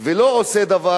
ולא עושה דבר,